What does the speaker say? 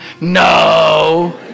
No